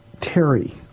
Terry